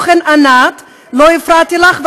לא הפרעתי לך,